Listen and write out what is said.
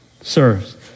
Serves